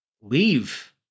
leave